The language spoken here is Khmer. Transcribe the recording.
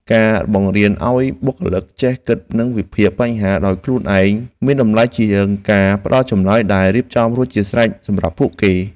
ការបង្រៀនឱ្យបុគ្គលិកចេះគិតនិងវិភាគបញ្ហាដោយខ្លួនឯងមានតម្លៃជាងការផ្តល់ចម្លើយដែលរៀបចំរួចជាស្រេចសម្រាប់ពួកគេ។